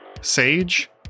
Sage